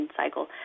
cycle